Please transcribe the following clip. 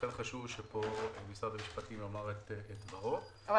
לכן, חשוב שפה משרד המשפטים יאמר את דברו.